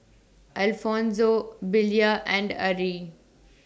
Alfonso Belia and Arrie